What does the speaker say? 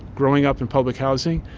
growing up in public housing,